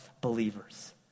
believers